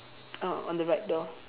uh on the right door